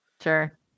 Sure